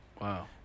Wow